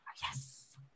Yes